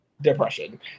depression